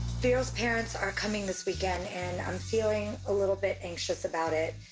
veeral's parents are coming this weekend, and i'm feeling a little bit anxious about it.